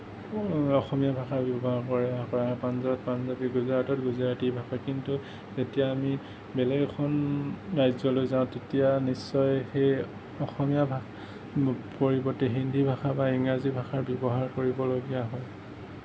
অসমীয়া ভাষা ব্যৱহাৰ কৰে পাঞ্জাৱত পাঞ্জাৱী গুজৰাটত গুজৰাটী ভাষা কিন্তু এতিয়া আমি বেলেগ এখন ৰাজ্যলৈ যাওঁ তেতিয়া নিশ্চয় সেই অসমীয়া ভাষা পৰিৱৰ্তে হিন্দী ভাষা বা ইংৰাজী ভাষাৰ ব্যৱহাৰ কৰিবলগীয়া হয়